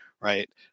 right